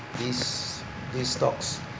these these stocks